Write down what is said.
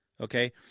Okay